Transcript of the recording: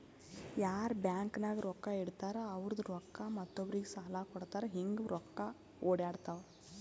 ಯಾರ್ ಬ್ಯಾಂಕ್ ನಾಗ್ ರೊಕ್ಕಾ ಇಡ್ತಾರ ಅವ್ರದು ರೊಕ್ಕಾ ಮತ್ತೊಬ್ಬರಿಗ್ ಸಾಲ ಕೊಡ್ತಾರ್ ಹಿಂಗ್ ರೊಕ್ಕಾ ಒಡ್ಯಾಡ್ತಾವ